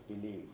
believe